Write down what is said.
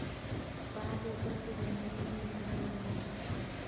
पाँच एकड़ की ज़मीन में कितना लोन हो सकता है?